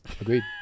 Agreed